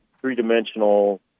three-dimensional